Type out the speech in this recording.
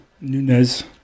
nunez